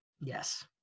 Yes